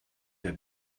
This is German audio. der